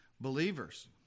believers